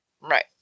Right